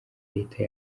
leta